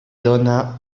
dóna